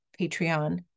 Patreon